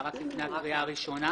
אלא רק לפני הקריאה הראשונה,